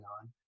on